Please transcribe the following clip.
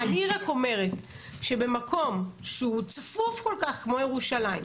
אני רק אומרת שבמקום שהוא צפוף כל כך כמו ירושלים,